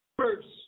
First